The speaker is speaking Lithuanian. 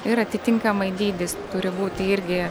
ir atitinkamai dydis turi būti irgi